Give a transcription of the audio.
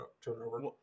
turnover